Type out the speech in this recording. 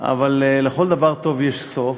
אבל לכל דבר טוב יש סוף,